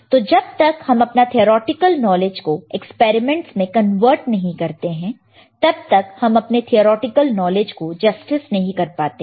तो जब तक हम अपना थियोरेटिकल नॉलेज को एक्सपेरिमेंट्स में कन्वर्ट नहीं करते हैं तब तक हम अपने थियोरेटिकल नॉलेज को जस्टिस नहीं कर पाते हैं